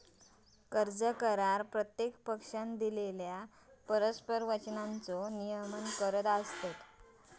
कर्ज करार प्रत्येक पक्षानं दिलेल्यो परस्पर वचनांचो नियमन करतत